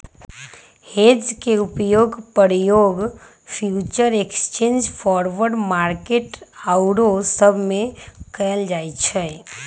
hedge के मुख्य उपयोग फ्यूचर एक्सचेंज, फॉरवर्ड मार्केट आउरो सब में कएल जाइ छइ